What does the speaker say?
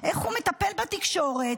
איך הוא מטפל בתקשורת,